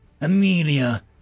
Amelia